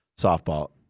softball